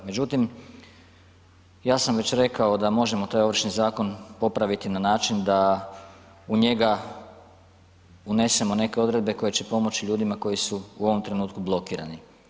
Međutim, ja sam već rekao da možemo taj Ovršni zakon popraviti na način da u njega unesemo neke odredbe koje će pomoći ljudima koji su u ovom trenutku blokirani.